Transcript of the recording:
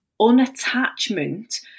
unattachment